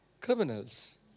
Criminals